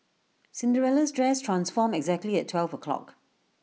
Cinderella's dress transformed exactly at twelve o'clock